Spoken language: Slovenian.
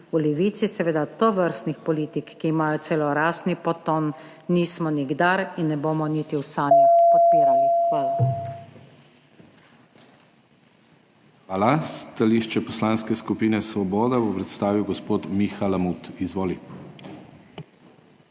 V Levici seveda tovrstnih politik, ki imajo celo rasni podton, nismo nikdar in ne bomo niti v sanjah podpirali. Hvala. PODPREDSEDNIK DANIJEL KRIVEC: Hvala. Stališče Poslanske skupine Svoboda bo predstavil gospod Miha Lamut. Izvoli.